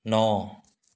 ন